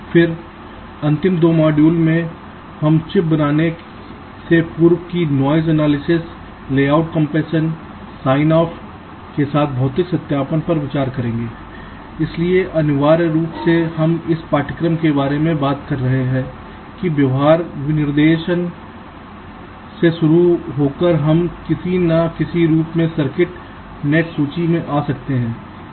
फिर अंतिम दो मॉड्यूल में हम चिप बनने से पूर्व के noise analysis layout compaction sign off के साथ भौतिक सत्यापन पर विचार करेंगे I इसलिए अनिवार्य रूप से हम इस पाठ्यक्रम के बारे में बात कर रहे हैं कि व्यवहार विनिर्देश से शुरू होकर हम किसी न किसी रूप में सर्किट नेट सूची में आ सकते हैं